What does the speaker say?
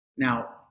Now